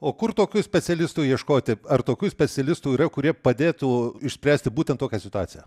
o kur tokių specialistų ieškoti ar tokių specialistų yra kurie padėtų išspręsti būtent tokią situaciją